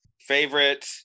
favorite